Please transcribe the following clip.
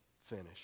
finish